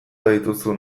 badituzu